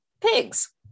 pigs